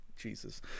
Jesus